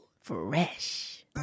Fresh